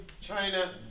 China